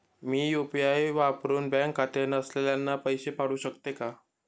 मी UPI वापरुन bank खाते नसलेल्यांना पैसे पाठवू शकते का?